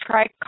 Try